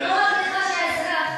נוח לך שהאזרח